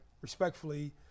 respectfully